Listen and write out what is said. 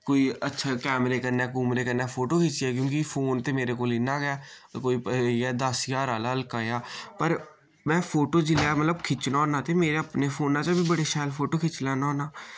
कोई अच्छा कैमरे कन्नै कुमरे कन्नै फोटो खिच्चेआ क्यूंकि फोन ते मेरे कोल इय्यां गै कोई इयै दस ज्हार आह्ला हल्का देहा पर में फोटो जिल्लै मतलब खिच्चना होना ते मेरे अपने फोना च बी बड़े शैल फोटो खिच्ची लैन्ना होन्ना